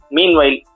Meanwhile